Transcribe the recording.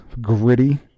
gritty